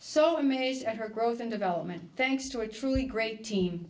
so amazed at her growth and development thanks to a truly great team